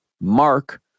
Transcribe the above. mark